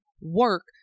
work